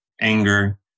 anger